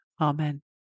Amen